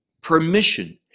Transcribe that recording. permission